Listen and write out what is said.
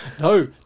no